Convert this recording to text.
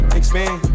expand